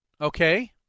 Okay